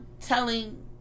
telling